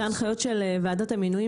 זה הנחיות של ועדת המינויים,